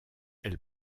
elle